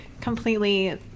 completely